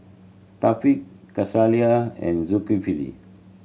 Thaqif Khalish and Zulkifli